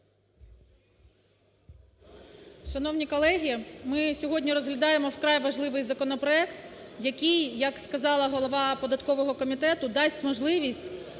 Шановні колеги, ми сьогодні розглядаємо вкрай важливий законопроект, який, як сказала голова податкового комітету, дасть можливість